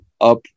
up